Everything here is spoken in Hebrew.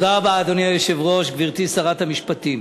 אדוני היושב-ראש, תודה רבה, גברתי שרת המשפטים,